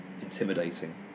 intimidating